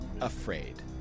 afraid